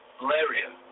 malaria